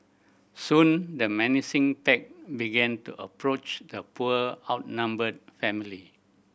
soon the menacing pack began to approach the poor outnumbered family